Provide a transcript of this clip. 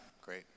great